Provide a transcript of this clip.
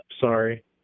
Sorry